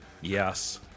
Yes